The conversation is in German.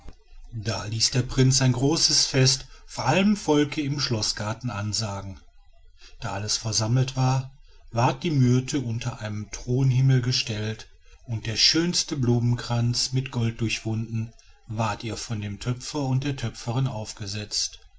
da ließ der prinz ein großes fest vor allem volke im schloßgarten ansagen da alles versammelt war ward die myrte unter einen thronhimmel gestellt und der schönste blumenkranz mit gold durchwunden ward ihr von dem töpfer und der töpferin aufgesetzt